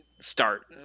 start